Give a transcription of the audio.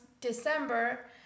December